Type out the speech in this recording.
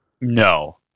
No